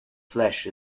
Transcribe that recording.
flesh